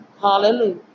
Hallelujah